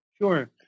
Sure